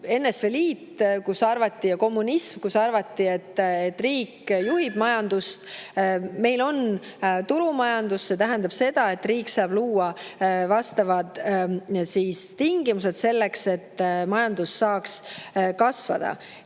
NSV Liit ja kommunism, kus arvati, et riik juhib majandust. Meil on turumajandus. See tähendab seda, et riik saab luua vastavad tingimused selleks, et majandus saaks kasvada.